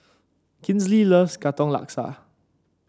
Kinsley loves Katong Laksa